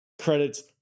credits